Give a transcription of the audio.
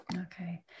Okay